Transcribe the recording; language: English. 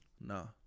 No